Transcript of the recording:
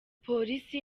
polisi